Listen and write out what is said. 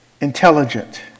intelligent